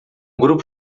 grupo